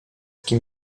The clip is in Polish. kim